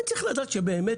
אני צריך לדעת שבאמת